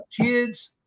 kids